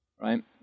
right